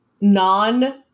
non-